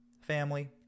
family